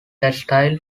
textile